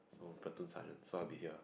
so platoon sergeant so I will be here